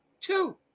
Two